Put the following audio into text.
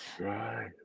Right